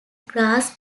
grass